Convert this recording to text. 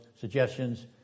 suggestions